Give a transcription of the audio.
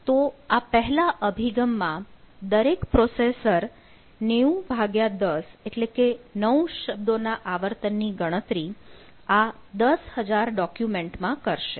તો પહેલા અભિગમમાં દરેક પ્રોસેસર 9010 એટલે કે 9 શબ્દોના આવર્તનની ગણતરી આ 10000 ડોક્યુમેન્ટમાં કરશે